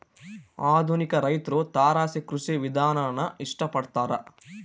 ಆಧುನಿಕ ರೈತ್ರು ತಾರಸಿ ಕೃಷಿ ವಿಧಾನಾನ ಇಷ್ಟ ಪಡ್ತಾರ